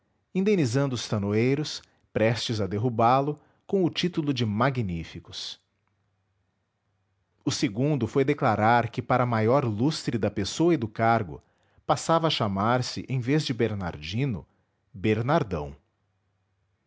indenizando os tanoeiros prestes a derrubá lo com o título de magníficos o segundo foi declarar que para maior lustre da pessoa e do cargo passava a chamar-se em vez de bernardino bernardão